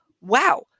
wow